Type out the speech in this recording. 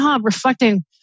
reflecting